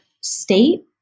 state